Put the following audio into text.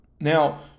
Now